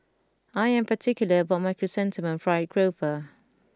I am particular about my Chrysanthemum Fried Grouper